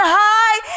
high